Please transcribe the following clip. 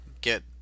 get